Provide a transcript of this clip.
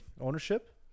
ownership